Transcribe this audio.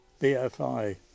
BFI